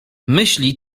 myśli